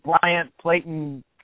Bryant-Platon